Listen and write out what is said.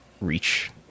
reach